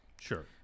Sure